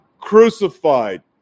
crucified